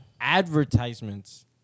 Advertisements